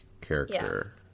character